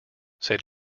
said